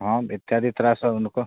हम इत्यादि इतना सा उनको